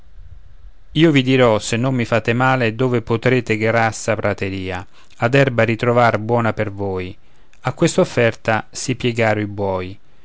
io vi dirò se non mi fate male dove potrete grassa prateria ed erba ritrovar buona per voi a quest'offerta si piegaro i buoi